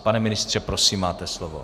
Pane ministře, prosím, máte slovo.